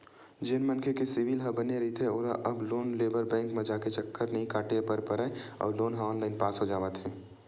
जेन मनखे के सिविल ह बने रहिथे ओला अब लोन लेबर बेंक म जाके चक्कर नइ काटे बर परय अउ लोन ह ऑनलाईन पास हो जावत हे